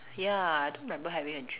ya I don't remember having a dream